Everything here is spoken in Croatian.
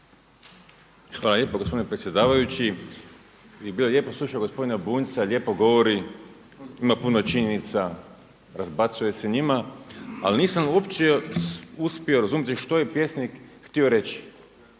Hvala lijepo gospodine predsjedavajući. Bilo je lijepo slušat gospodina Bunjca, lijepo govori, ima puno činjenica, razbacuje se njima. Ali nisam uopće uspio razumjeti što je pjesnik htio reći.